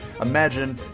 Imagine